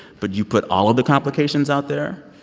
but you put all of the complications out there.